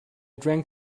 drank